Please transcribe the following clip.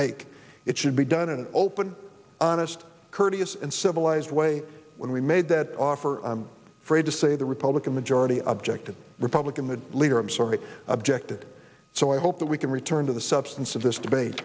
make it should be done in an open honest courteous and civilized way when we made that offer free to say the republican majority objected republican the leader i'm sorry objected so i hope that we can return to the substance of this debate